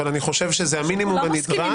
אבל אני חושב שזה המינימום הנדרש,